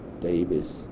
Davis